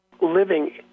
living